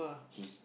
he's